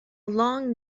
long